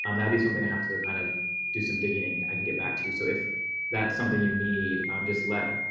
um be something i have to kind of do some digging. i can get back to you. so if that's something you need just let